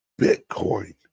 Bitcoin